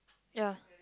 ya